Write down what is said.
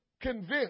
convinced